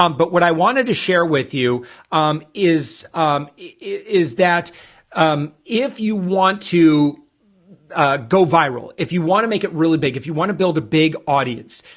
um but what i wanted to share with you is is that if you want to go viral, if you want to make it really big if you want to build a big audience,